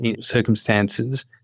circumstances